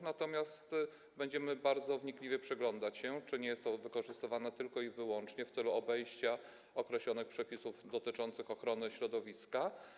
Natomiast będziemy bardzo wnikliwie przyglądać się, czy nie jest to wykorzystywane tylko i wyłącznie w celu obejścia określonych przepisów dotyczących ochrony środowiska.